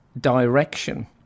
direction